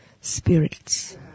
spirits